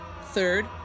Third